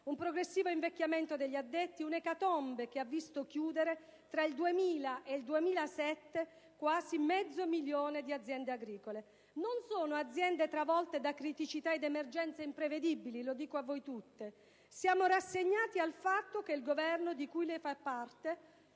un progressivo invecchiamento degli addetti; un'ecatombe che ha visto chiudere tra il 2000 e il 2007 quasi mezzo milione di aziende agricole: non sono aziende travolte da criticità ed emergenze imprevedibili, lo dico a voi tutti. Siamo rassegnati al fatto che il Governo di cui lei fa parte